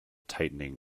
tightening